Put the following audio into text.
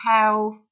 health